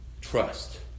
Trust